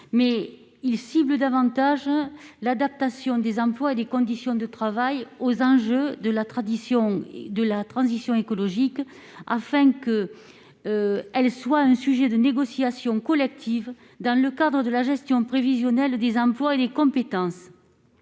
mais ils ciblent davantage l'adaptation des emplois et des conditions de travail aux enjeux de la tradition et de la transition écologique afin qu'elle soit un sujet de négociations collectives dans le corps de la gestion prévisionnelle des emplois et des compétences,